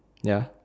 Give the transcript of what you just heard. ya